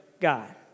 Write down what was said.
God